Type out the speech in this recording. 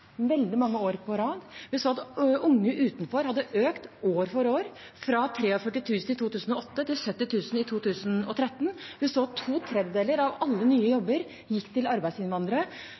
veldig mange år på rad. Vi så at antallet unge utenfor hadde økt år for år, fra 43 000 i 2008 til 70 000 i 2013. Vi så at to tredjedeler av alle nye jobber gikk til arbeidsinnvandrere.